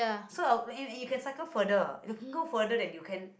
so a~ and and you can cycle further you can go further than you can